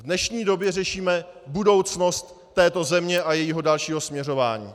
V dnešní době řešíme budoucnost této země a jejího dalšího směřování.